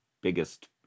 biggest